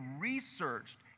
researched